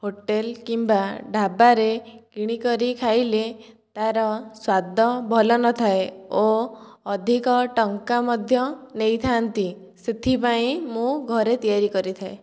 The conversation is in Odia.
ହୋଟେଲ କିମ୍ବା ଢାଵାରେ କିଣିକରି ଖାଇଲେ ତାର ସ୍ୱାଦ ଭଲ ନଥାଏ ଓ ଅଧିକ ଟଙ୍କା ମଧ୍ୟ ନେଇଥାନ୍ତି ସେଥିପାଇଁ ମୁ ଘରେ ତିଆରି କରିଥାଏ